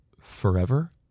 forever